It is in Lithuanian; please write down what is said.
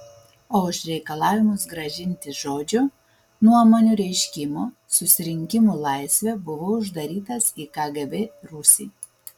o už reikalavimus grąžinti žodžio nuomonių reiškimo susirinkimų laisvę buvau uždarytas į kgb rūsį